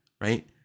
right